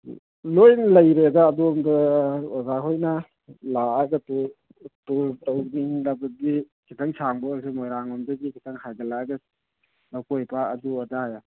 ꯂꯣꯏꯅ ꯂꯩꯔꯦꯗ ꯑꯗꯣꯝꯗ ꯑꯣꯖꯥ ꯍꯣꯏꯅ ꯂꯥꯛꯑꯒꯗꯤ ꯇꯨꯔ ꯇꯧꯅꯤꯡꯂꯕꯗꯤ ꯈꯤꯇꯪ ꯁꯥꯡꯕ ꯑꯣꯏꯁꯨ ꯃꯣꯏꯔꯥꯡ ꯂꯣꯝꯗꯒꯤ ꯈꯤꯇꯪ ꯍꯥꯏꯒꯠꯂꯛꯑꯒ ꯂꯀꯣꯏ ꯄꯥꯠ ꯑꯗꯨ ꯑꯗꯥ